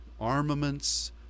armaments